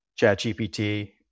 ChatGPT